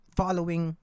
following